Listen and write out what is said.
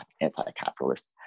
anti-capitalist